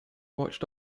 watched